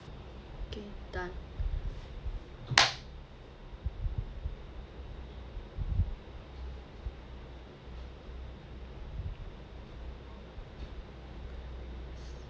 K done